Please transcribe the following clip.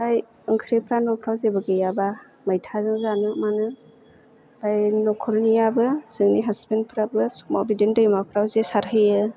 ओमफ्राय ओंख्रिफ्रा न'फ्राव जेबो गैयाबा मैथाजों जानो मानो ओमफ्राय नखरनियाबो जोंनि हासबेन्दफ्राबो समाव बिदिनो दैमाफ्राव जे सारहैयो